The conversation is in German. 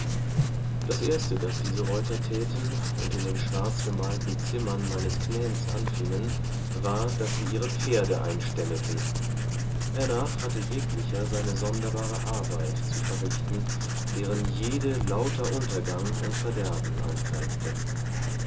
das erste das diese reuter täten und in den schwarz gemalten zimmern meines knäns anfiengen war daß sie ihre pferde einställeten hernach hatte jeglicher seine sonderbare arbeit zu verrichten deren jede lauter untergang und verderben anzeigte